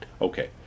okay